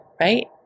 right